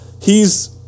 he's-